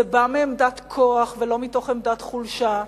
זה בא מעמדת כוח ולא מתוך עמדת חולשה.